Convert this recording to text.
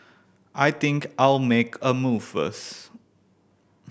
I think I'll make a move first